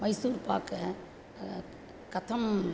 मैसूर्पाकं कथम्